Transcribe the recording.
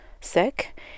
sick